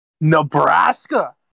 Nebraska